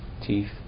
teeth